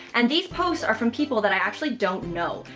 and these posts are from people that i actually don't know.